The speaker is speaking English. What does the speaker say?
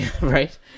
Right